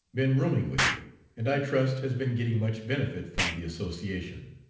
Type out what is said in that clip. been rooming with you, and i trust has been getting much benefit from the association.